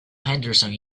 henderson